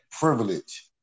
privilege